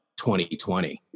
2020